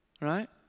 right